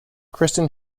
kirsten